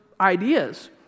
ideas